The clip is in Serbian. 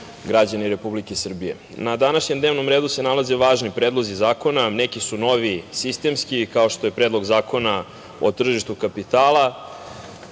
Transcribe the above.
građani Republike Srbije, na današnjem dnevnom redu se nalaze važni predlozi zakona. Neki su novi, sistemski, kao što je Predlog zakona o tržištu kapitala.